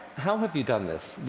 how have you done this?